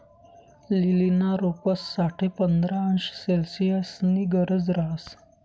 लीलीना रोपंस साठे पंधरा अंश सेल्सिअसनी गरज रहास